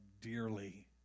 dearly